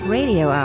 Radio